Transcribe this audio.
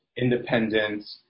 independent